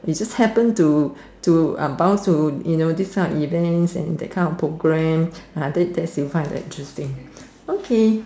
you just happen to to uh bound to these kind of events and that kind of programme ah that's you find interesting